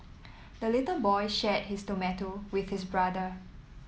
the little boy shared his tomato with his brother